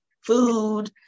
food